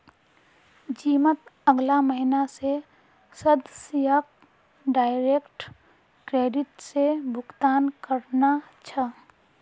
जिमत अगला महीना स सदस्यक डायरेक्ट क्रेडिट स भुक्तान करना छ